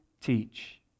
teach